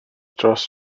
dros